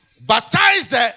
Baptize